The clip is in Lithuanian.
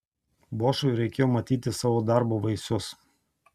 bošui reikėjo matyti savo darbo vaisius